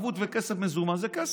ערבות וכסף מזומן זה כסף,